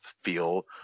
feel